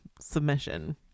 submission